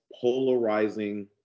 polarizing